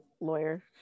lawyer